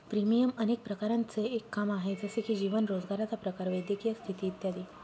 premium अनेक प्रकारांचं एक काम आहे, जसे की जीवन, रोजगाराचा प्रकार, वैद्यकीय स्थिती इत्यादी